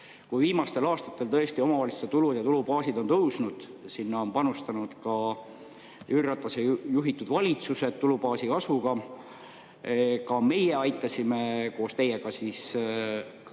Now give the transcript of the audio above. Kui viimastel aastatel tõesti omavalitsuste tulu ja tulubaasid on tõusnud, sinna on panustanud ka Jüri Ratase juhitud valitsused tulubaasi kasvuga, ka meie aitasime koos teiega koroonakriisi